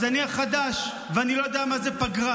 אז אני חדש ואני לא יודע מה זה פגרה,